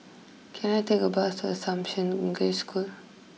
can I take a bus to Assumption English School